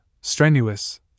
Strenuous